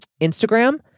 instagram